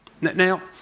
Now